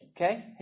Okay